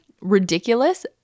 ridiculous